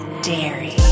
Dairy